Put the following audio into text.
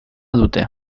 dute